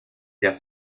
der